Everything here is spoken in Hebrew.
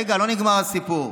רגע, לא נגמר הסיפור.